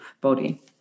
body